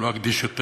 לא אקדיש יותר